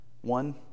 One